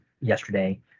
yesterday